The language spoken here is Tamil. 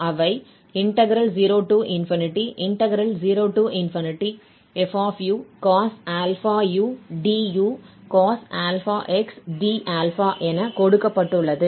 அவை 00fucos ∝u du cos∝x d∝ என கொடுக்கப்பட்டுள்ளது